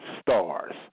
stars